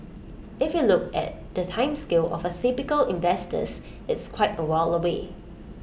if you look at the time scale of the typical investors it's quite A while away